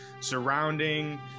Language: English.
surrounding